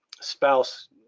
spouse